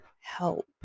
help